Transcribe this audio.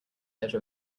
edge